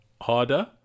harder